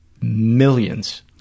millions